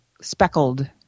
speckled